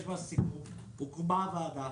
הוקמה ועדה,